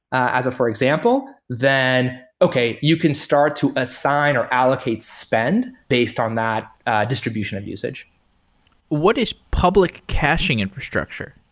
as for example, then okay, you can start to assign or allocate spend based on that distribution of usage what is public caching infrastructure?